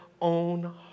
own